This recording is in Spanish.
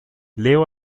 leo